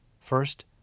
First